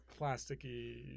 plasticky